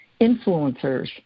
influencers